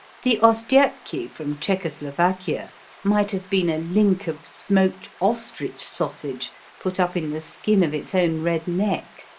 the ostiepki from czechoslovakia might have been a link of smoked ostrich sausage put up in the skin of its own red neck.